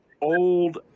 old